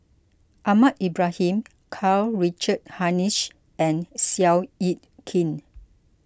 Ahmad Ibrahim Karl Richard Hanitsch and Seow Yit Kin